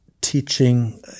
teaching